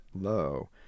low